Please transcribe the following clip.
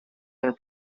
and